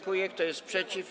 Kto jest przeciw?